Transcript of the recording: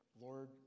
Lord